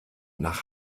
nach